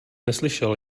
neslyšel